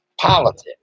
politics